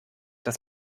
das